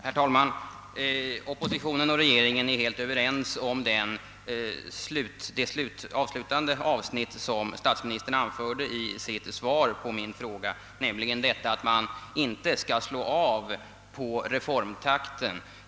Herr talman! Oppositionen och regeringen är helt överens om det avslutande avsnittet i statsministerns svar på min fråga, nämligen att man inte skall slå av på reformtakten.